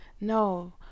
No